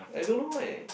I don't know eh